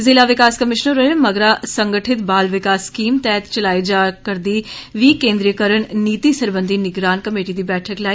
जिला विकास कमीश्नर होरें मगरा संगठित बाल विकास स्कीम तैहत चलाई जा करदी विकेन्द्रीकरण नीति सरबंधी निगरान कमेटी दी बैठक लाई